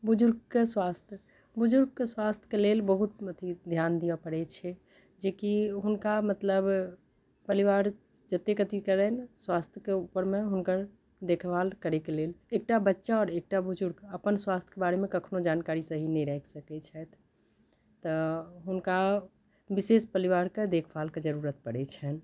बुजुर्गके स्वास्थ बुजुर्गके स्वास्थके लेल बहुत अथी ध्यान दिअ पड़ैत छै जेकि हुनका मतलब परिवार जतेक अथी करनि स्वास्थके ऊपरमे हुनकर देखभाल करैके लेल एकटा बच्चा आओर एकटा बुजुर्ग अपना स्वास्थके बारेमे कखनो जानकारी सही नहि राखि सकैत छथि तऽ हुनका विशेष परिवारके देखभालके जरूरत पड़ैत छनि